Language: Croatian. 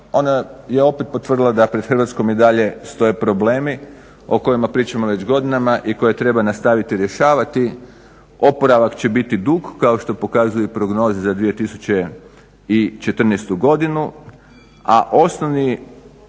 ona je opet potvrdila da pred Hrvatskom i dalje stoje problemi o kojima pričamo već godinama i koje treba nastaviti rješavati, oporavak će biti dug kao što pokazuju prognoze za 2014.godinu a osnovni